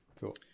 Cool